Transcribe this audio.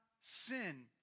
sin